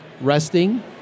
resting